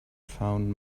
found